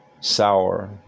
sour